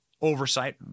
oversight